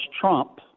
Trump